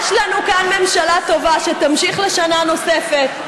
יש לנו כאן ממשלה טובה, שתמשיך לשנה נוספת.